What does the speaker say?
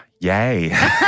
Yay